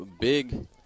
big